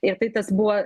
ir tai tas buvo